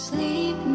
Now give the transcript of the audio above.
Sleep